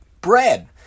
bread